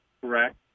Correct